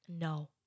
No